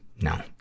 No